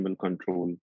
control